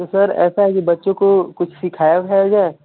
तो सर ऐसा है कि बच्चों को कुछ सिखाया विखाया जाए